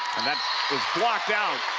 and that is blocked out,